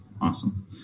Awesome